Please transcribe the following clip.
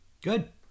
good